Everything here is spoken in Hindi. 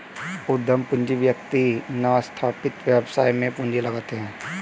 उद्यम पूंजी व्यक्ति नवस्थापित व्यवसाय में पूंजी लगाते हैं